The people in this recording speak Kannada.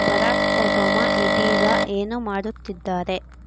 ಬರಾಕ್ ಒಬಾಮಾ ಇದೀಗ ಏನು ಮಾಡುತ್ತಿದ್ದಾರೆ